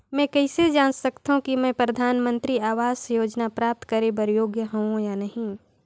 मैं कइसे जांच सकथव कि मैं परधानमंतरी आवास योजना प्राप्त करे बर योग्य हववं या नहीं?